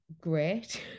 great